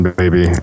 baby